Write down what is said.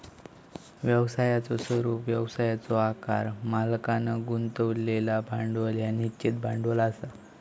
व्यवसायाचो स्वरूप, व्यवसायाचो आकार, मालकांन गुंतवलेला भांडवल ह्या निश्चित भांडवल असा